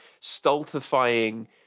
stultifying